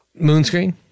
Moonscreen